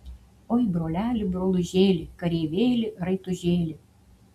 oi broleli brolužėli kareivėli raitužėli